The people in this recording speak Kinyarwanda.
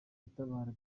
itabara